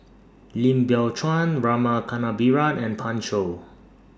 Lim Biow Chuan Rama Kannabiran and Pan Shou